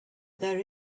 there